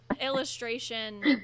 illustration